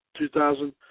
2000